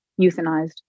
euthanized